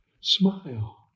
Smile